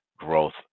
Growth